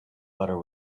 butter